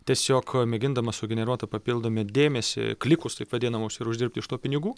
tiesiog mėgindama sugeneruoti papildome dėmesį klikus taip vadinamus ir uždirbti iš to pinigų